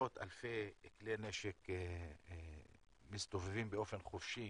מאות אלפי כלי נשק מסתובבים באופן חופשי